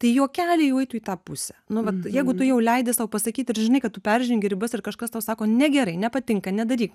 tai juokeliai jau eitų į tą pusę nu vat jeigu tu jau leidi sau pasakyt ir žinai kad tu peržengi ribas ir kažkas tau sako negerai nepatinka nedaryk